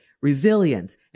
resilience